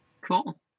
Cool